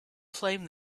flame